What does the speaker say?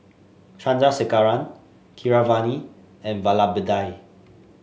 Chandrasekaran Keeravani and Vallabhbhai